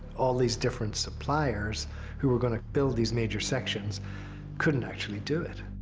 all these different suppliers who were going to build these major sections couldn't actually do it.